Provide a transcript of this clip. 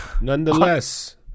nonetheless